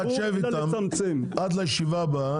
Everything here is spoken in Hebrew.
אתה תשב איתם עד לישיבה הבאה.